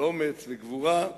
על אומץ וגבורה.